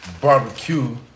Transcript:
barbecue